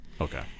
Okay